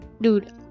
dude